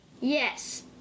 Yes